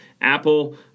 Apple